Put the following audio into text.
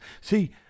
see